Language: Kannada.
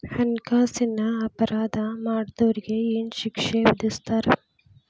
ಹಣ್ಕಾಸಿನ್ ಅಪರಾಧಾ ಮಾಡ್ದೊರಿಗೆ ಏನ್ ಶಿಕ್ಷೆ ವಿಧಸ್ತಾರ?